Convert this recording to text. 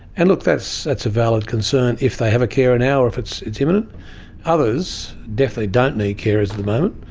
and look, that's that's a valid concern if they have a carer now or if it's it's imminent. others definitely don't need carers at the moment,